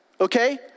okay